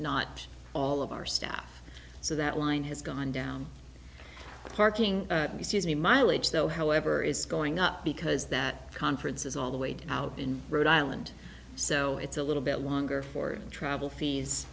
not all of our staff so that line has gone down parking me mileage though however is going up because that conference is all the way out in rhode island so it's a little bit longer for travel fees